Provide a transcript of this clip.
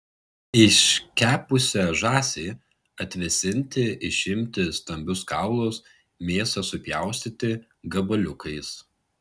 iškepusią žąsį atvėsinti išimti stambius kaulus mėsą supjaustyti gabaliukais